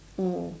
mm